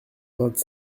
vingt